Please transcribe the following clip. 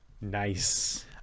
Nice